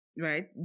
Right